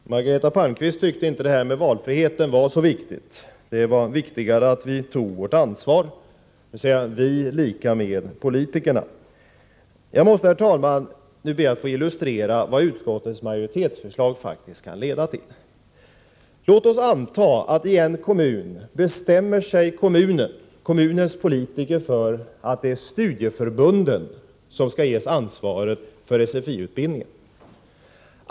Herr talman! Margareta Palmqvist tyckte inte valfriheten var så viktig. Det var viktigare att vi tog vårt ansvar, dvs. ”vi” lika med ”politikerna”. Jag måste, herr talman, nu be att få illustrera vad utskottets majoritetsförslag faktiskt kan leda till. Låt oss anta att i en kommun bestämmer sig kommunens politiker för att det är studieförbunden som skall ges ansvaret för SFI-utbildningen.